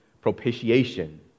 propitiation